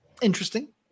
interesting